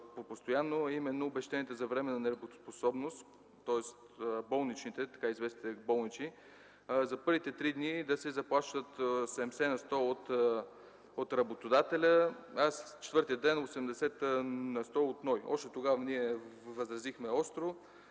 постоянно, а именно обезщетенията за временна нетрудоспособност, тоест така известните болнични – за първите три дни да се заплащат 70 на сто от работодателя, а четвъртият ден 80 на сто от НОИ. Още тогава ние възразихме остро,